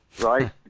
right